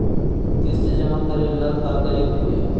किस्त जमा करे ला का करे के होई?